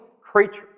creature